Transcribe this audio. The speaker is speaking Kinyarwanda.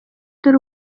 dore